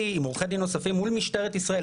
עם עורכי דין נוספים מול משטרת ישראל,